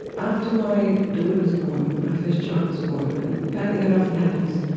after my daughter was born, my first child was born, and apparently that often happens,